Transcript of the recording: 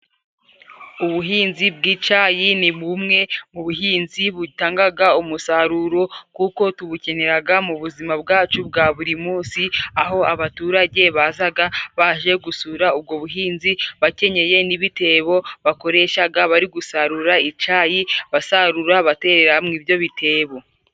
Ubuhinzi bw'icayi ni bumwe mu buhinzi butangaga umusaruro, kuko tubukeneraga mu buzima bwacu bwa buri munsi, aho abaturage bazaga baje gusura ubwo buhinzi bakenyeye n'ibitebo bakoreshaga bari gusarura icyayi. Basarura baterera mu ibyo bitebo.